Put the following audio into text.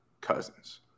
Cousins